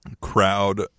crowd